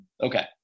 Okay